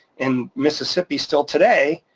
and mississippi still today,